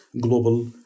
global